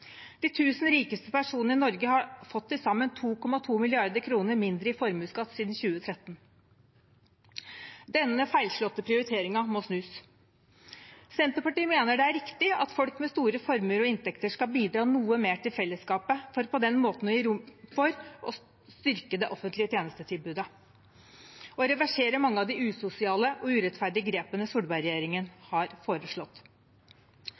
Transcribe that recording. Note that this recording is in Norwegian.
De 1 000 rikeste personene i Norge har fått til sammen 2,2 mrd. kr mindre i formuesskatt siden 2017. Denne feilslåtte prioriteringen må snus. Senterpartiet mener det er riktig at folk med store formuer og inntekter skal bidra noe mer til fellesskapet, for på den måten å gi rom for å styrke det offentlige tjenestetilbudet og reversere mange av de usosiale og urettferdige grepene Solberg-regjeringen har foreslått.